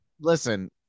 Listen